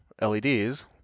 LEDs